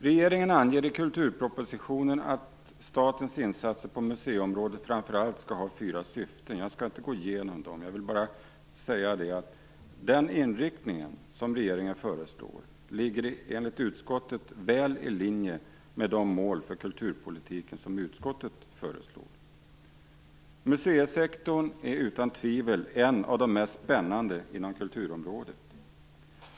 Regeringen anger i kulturpropositionen att statens insatser på museiområdet framför allt skall ha fyra syften. Jag skall inte gå igenom dem. Jag vill bara säga att den inriktning som regeringen föreslår enligt utskottet ligger väl i linje med de mål för kulturpolitiken som utskottet föreslår. Museisektorn är utan tvivel en av de mest spännande sektorerna inom kulturområdet.